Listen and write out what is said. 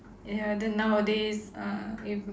ya then nowadays uh if